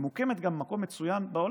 וגם ממוקם במקום מצוין בעולם.